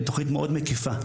זוהי תכנית מאוד מקיפה.